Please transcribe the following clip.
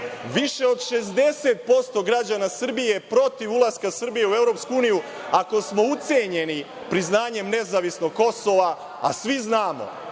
više od 60% građana Srbije je protiv ulaska Srbije u EU ako smo ucenjeni priznanjem nezavisnog Kosova, a svi znamo